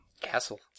Castle